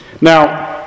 now